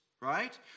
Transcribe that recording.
right